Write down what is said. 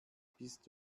bist